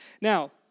Now